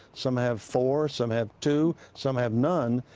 some have four, some have two. some have none.